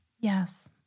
Yes